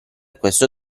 questo